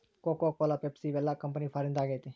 cocoa Cola Pepsi ಇವೆಲ್ಲ company ಫಾರಿನ್ದು ಆಗೈತೆ